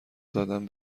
دادن